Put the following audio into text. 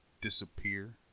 disappear